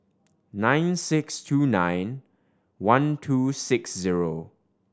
nine six two nine one two six zero